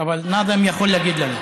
אבל נאזם יכול להגיד לנו.